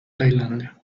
tailandia